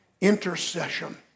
Intercession